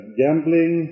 gambling